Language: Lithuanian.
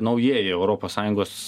naujieji europos sąjungos